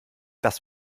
das